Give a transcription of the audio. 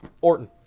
Orton